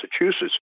Massachusetts